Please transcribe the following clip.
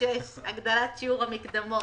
הגדלת שיעור המקדמות.